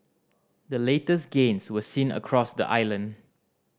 the latest gains were seen across the island